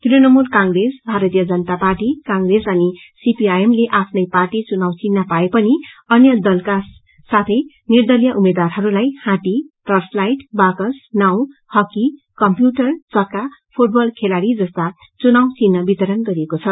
Trinamool Congress Bharatiya Janata party Congress अनि सीपीआईएमले आफ्नै पार्टी चुनाव चिन्ह पाए पनि अन्य दलका साथै निर्दलीय उम्मेद्वारहरूलाई हाती टर्चलाईट काकस नाव हकी कम्प्यूटरचक्का फूटबल खेलाड़ी जस्ता चुनाव चिन्ह वितरण गरिएको छ